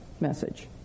message